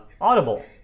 Audible